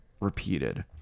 repeated